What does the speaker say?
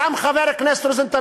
גם חבר הכנסת רוזנטל,